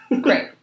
Great